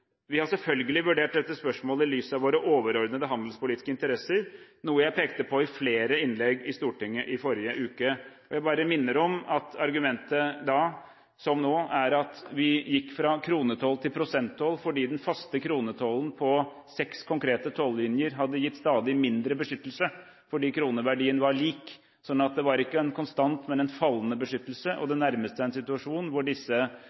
Vi har selvfølgelig vurdert dette spørsmålet i lys av våre overordnede handelspolitiske interesser, noe jeg pekte på i flere innlegg i Stortinget i forrige uke. Jeg bare minner om at argumentet da, som nå, er at vi gikk fra kronetoll til prosenttoll fordi den faste kronetollen på seks konkrete tollinjer hadde gitt stadig mindre beskyttelse fordi kroneverdien var lik, så det var ikke en konstant, men en fallende beskyttelse, og det nærmet seg en situasjon hvor disse